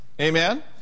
Amen